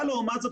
אבל לעומת זאת,